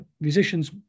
Musicians